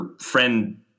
friend